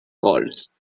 colts